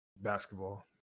basketball